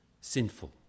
sinful